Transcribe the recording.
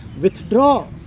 Withdraw